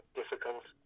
difficult